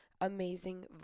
amazing